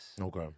Okay